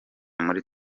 muri